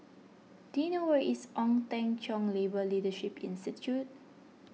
do you know where is Ong Teng Cheong Labour Leadership Institute